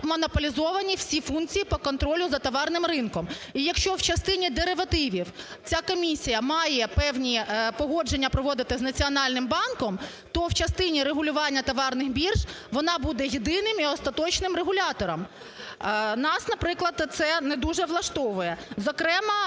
монополізовані всі функції по контролю за товарним ринком. І якщо в частині деривативів ця комісія має певні погодження проводити з Національним банком, то в частині регулювання товарних бірж вона буде єдиним і остаточним регулятором. Нас, наприклад, це не дуже влаштовує. Зокрема,